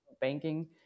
banking